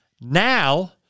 Now